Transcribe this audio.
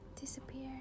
Disappear